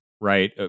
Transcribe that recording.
right